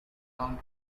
coat